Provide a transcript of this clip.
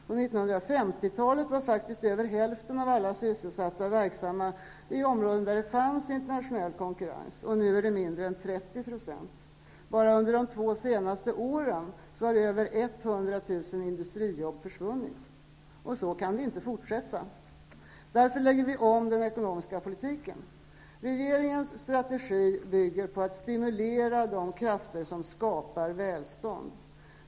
På 1950-talet var faktiskt över hälften av alla sysselsatta verksamma inom områden där det fanns internationell konkurrens. Nu är det mindre än 30 %. Enbart under de två senaste åren har över 100 000 industrijobb försvunnit. Så kan det inte fortsätta. Därför lägger vi om den ekonomiska politiken. Regeringens strategi bygger på att stimulera de krafter som skapar välstånd.